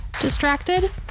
distracted